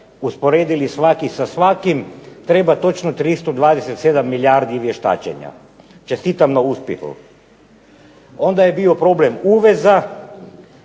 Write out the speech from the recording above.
usporedili svaki sa svakim treba točno 327 milijardi vještačenja. Čestitam na uspjehu! Onda je bio problem uveza.